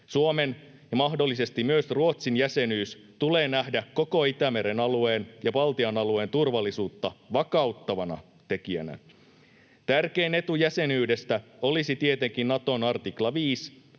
Suomen ja mahdollisesti myös Ruotsin jäsenyys tulee nähdä koko Itämeren alueen ja Baltian alueen turvallisuutta vakauttavana tekijänä. Tärkein etu jäsenyydestä olisi tietenkin Naton artikla 5